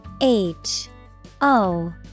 H-O